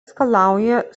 skalauja